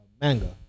Manga